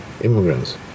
immigrants